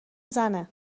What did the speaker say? زنه